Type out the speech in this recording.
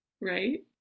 Right